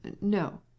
No